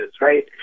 right